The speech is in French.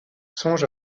songe